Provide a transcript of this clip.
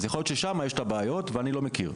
אז יכול להיות ששם יש את הבעיות ואני לא מכיר.